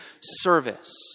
service